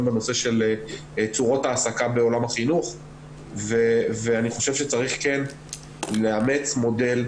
בנושא של צורות העסקה בעולם החינוך ואני חושב שצריך לאמץ מודל,